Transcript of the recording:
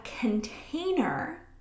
container